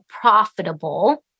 profitable